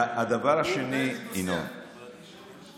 הדבר השני, הוא מנהל איתי דו-שיח.